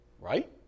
Right